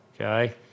Okay